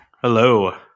Hello